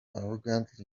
arrogantly